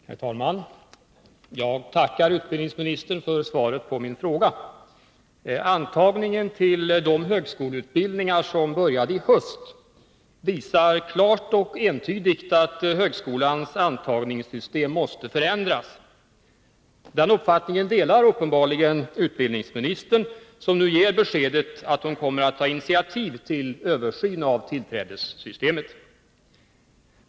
Herr talman! Jag tackar utbildningsministern för svaret på min fråga. Antagningen till de högskoleutbildningar som började i höst visar klart och entydigt att högskolans antagningssystem måste förändras. Den uppfattningen delar uppenbarligen utbildningsministern, som nu ger beskedet att hon kommer att ta initiativ till en översyn av tillträdessystemet.